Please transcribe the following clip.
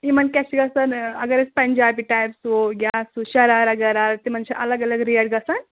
یِمَن کیٛاہ چھِ گژھان اگر أسۍ پنجابی ٹایپ سُوو یا سُہ شَرارا گَرارا تِمَن چھِ الگ الگ ریٹ گژھان